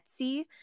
Etsy